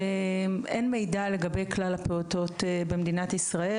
שאין מידע לגבי כלל הפעוטות במדינת ישראל,